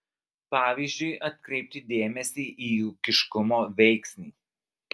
pavyzdžiui atkreipti dėmesį į ūkiškumo veiksnį